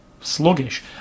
sluggish